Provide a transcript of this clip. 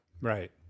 Right